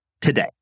today